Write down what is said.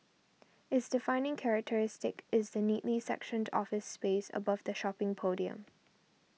its defining characteristic is the neatly sectioned office space above the shopping podium